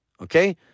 okay